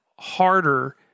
harder